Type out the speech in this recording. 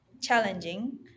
challenging